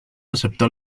aceptó